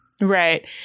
right